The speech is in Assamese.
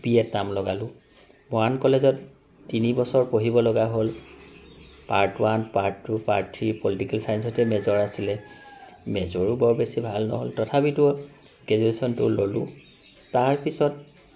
বি এত নাম লগালো মৰাণ কলেজত তিনি বছৰ পঢ়িব লগা হ'ল part one part two part three political ছায়েঞ্চতে মেজৰ আছিলে মেজৰো বৰ বেছি ভাল নহ'ল তথাপিতো গেজুৱেশ্যনটো ল'লোঁ তাৰপিছত